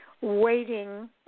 waiting